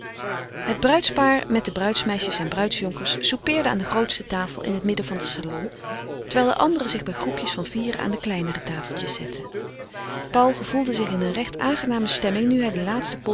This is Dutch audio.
het bruidspaar met de bruidsmeisjes en bruidsjonkers soupeerde aan de grootste tafel in het midden van den salon terwijl de anderen zich bij groepjes van vieren aan de kleinere tafeltjes zetten paul gevoelde zich in eene recht aangename stemming nu hij de laatste